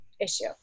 issue